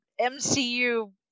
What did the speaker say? MCU